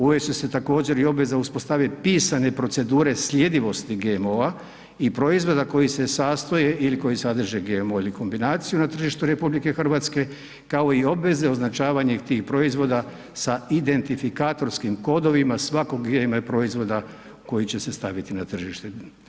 Uvest će se također i obveza uspostavljanja pisane procedure sljedivosti GMO-a i proizvoda koji se sastoje ili koji sadrže GMO ili kombinaciju na tržištu RH, kao i obveze označavanja tih proizvoda sa identifikatorskim kodovima svakog GMO proizvoda koji će se staviti na tržište.